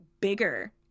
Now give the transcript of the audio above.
bigger